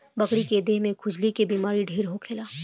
बकरी के देह में खजुली के बेमारी ढेर होखेला